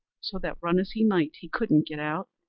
so that run as he might, he couldn't get out,